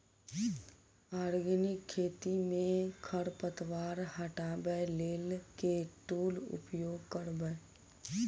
Organic खेती मे खरपतवार हटाबै लेल केँ टूल उपयोग करबै?